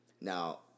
Now